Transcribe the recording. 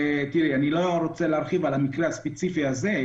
אני לא רוצה להרחיב על המקרה הספציפי הזה.